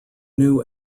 new